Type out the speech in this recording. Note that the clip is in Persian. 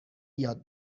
یاد